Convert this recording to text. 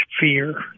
fear